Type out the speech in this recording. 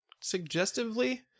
suggestively